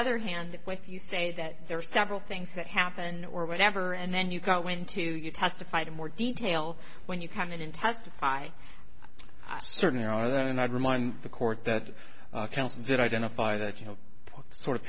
other hand if you say that there are several things that happen or whatever and then you go into you testified in more detail when you come in and testify on the court that identify that you know sort of